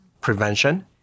prevention